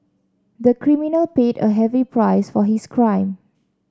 the criminal paid a heavy price for his crime